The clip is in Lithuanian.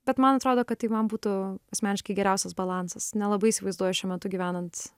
bet man atrodo kad taip man būtų asmeniškai geriausias balansas nelabai įsivaizduoju šiuo metu gyvenant